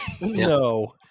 No